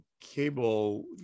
cable